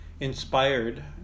Inspired